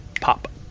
pop